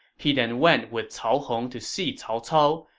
he then went with cao hong to see cao cao,